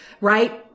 right